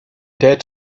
dead